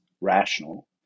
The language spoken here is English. rational